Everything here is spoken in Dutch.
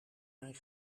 mijn